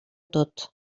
tot